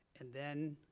and then,